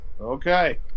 Okay